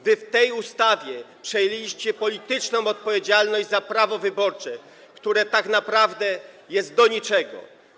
Wy w tej ustawie przejęliście polityczną odpowiedzialność za prawo wyborcze, które tak naprawdę jest do niczego.